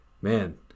man